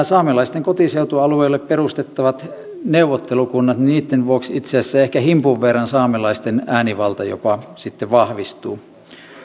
saamelaisten kotiseutualueelle perustettavien neuvottelukuntien vuoksi itse asiassa ehkä himpun verran saamelaisten äänivalta jopa sitten vahvistuu